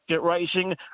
racing